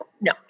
no